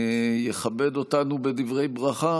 יכבד אותנו בדברי ברכה